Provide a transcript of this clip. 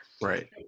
Right